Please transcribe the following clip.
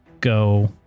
go